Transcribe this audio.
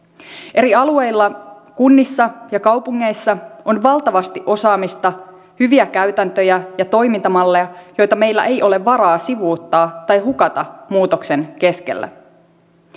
eri alueilla kunnissa ja kaupungeissa on valtavasti osaamista hyviä käytäntöjä ja toimintamalleja joita meillä ei ole varaa sivuuttaa tai hukata muutoksen keskellä